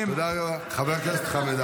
תודה רבה, חבר הכנסת חמד עמאר.